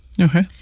okay